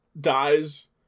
dies